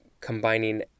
combining